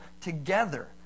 together